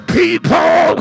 people